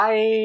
Bye